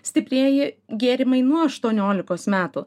stiprieji gėrimai nuo aštuoniolikos metų